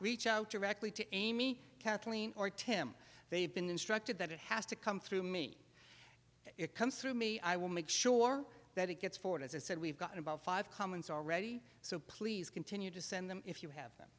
reach out directly to amy kathleen or tim they've been instructed that it has to come through me it comes through me i will make sure that it gets forward as i said we've got about five comments already so please continue to send them if you have them